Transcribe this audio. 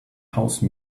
house